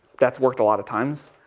that's worked a lot of times.